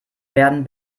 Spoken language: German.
werden